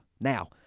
Now